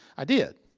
i did.